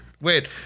Wait